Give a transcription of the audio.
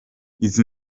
izi